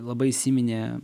labai įsiminė